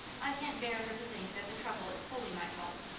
i can't bear her to think that the trouble is wholly my fault.